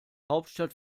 hauptstadt